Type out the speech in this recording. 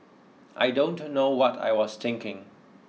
I don't know what I was thinking